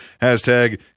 Hashtag